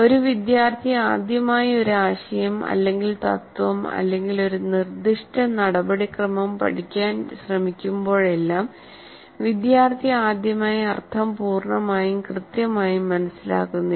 ഒരു വിദ്യാർത്ഥി ആദ്യമായി ഒരു ആശയം അല്ലെങ്കിൽ തത്ത്വം അല്ലെങ്കിൽ ഒരു നിർദ്ദിഷ്ട നടപടിക്രമം പഠിക്കാൻ ശ്രമിക്കുമ്പോഴെല്ലാം വിദ്യാർത്ഥി ആദ്യമായി അർത്ഥം പൂർണ്ണമായും കൃത്യമായും മനസിലാക്കുന്നില്ല